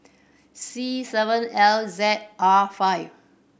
C seven L Z R five